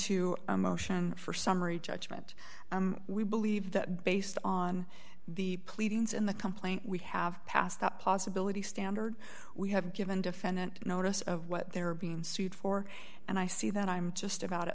to a motion for summary judgment we believe that based on the pleadings in the complaint we have passed that possibility standard we have given defendant notice of what they're being sued for and i see that i'm just about